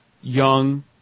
young